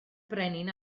brenin